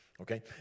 okay